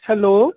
hello